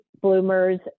bloomers